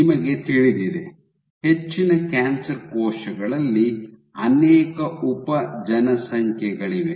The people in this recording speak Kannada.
ನಿಮಗೆ ತಿಳಿದಿದೆ ಹೆಚ್ಚಿನ ಕ್ಯಾನ್ಸರ್ ಕೋಶಗಳಲ್ಲಿ ಅನೇಕ ಉಪ ಜನಸಂಖ್ಯೆಗಳಿವೆ